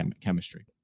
chemistry